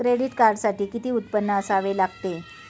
Credit कार्डसाठी किती उत्पन्न असावे लागते?